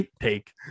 take